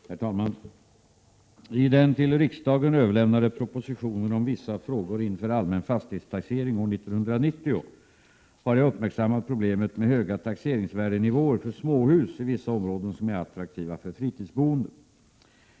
Herr talman! I den till riksdagen överlämnade propositionen om vissa frågor inför allmän fastighetstaxering år 1990 har jag uppmärksammat problemet med höga taxeringsvärdenivåer för småhus i vissa områden som är attraktiva för fritidsboende.